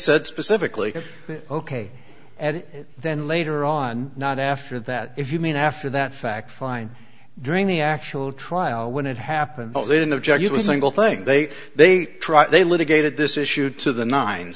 said specifically ok and then later on not after that if you mean after that fact fine during the actual trial when it happened then the judge was single thing they they try they litigated this issue to the nine